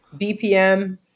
BPM